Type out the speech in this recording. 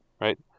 Right